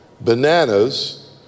bananas